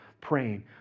praying